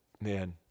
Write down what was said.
man